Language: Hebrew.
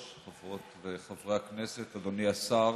גברתי היושבת-ראש, חברות וחברי הכנסת, אדוני השר,